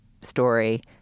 story